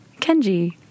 Kenji